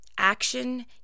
Action